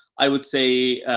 i would say,